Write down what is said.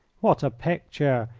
what a picture!